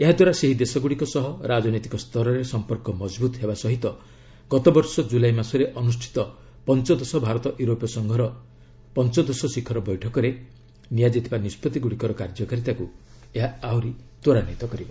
ଏହାଦ୍ୱାରା ସେହି ଦେଶଗୁଡ଼ିକ ସହ ରାଜନୈତିକ ସ୍ତରରେ ସମ୍ପର୍କ ମଜଭୂତ ହେବା ସହିତ ଗତବର୍ଷ ଜୁଲାଇ ମାସରେ ଅନୁଷ୍ଠିତ ପଞ୍ଚଦଶ ଭାରତ ୟୁରୋପୀୟ ସଂଘର ପଞ୍ଚଦଶ ଶିଖର ବୈଠକରେ ନିଆଯାଇଥିବା ନିଷ୍କଭି ଗୁଡ଼ିକର କାର୍ଯ୍ୟକାରୀତାକୁ ଏହା ଆହୁରି ତ୍ୱରାନ୍ୱିତ କରିବ